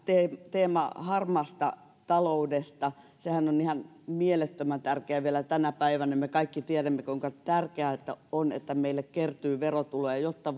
teema harmaasta taloudesta sehän on ihan mielettömän tärkeä vielä tänä päivänä me kaikki tiedämme kuinka tärkeää on että meille kertyy verotuloja jotta